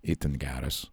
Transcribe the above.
itin geras